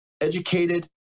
educated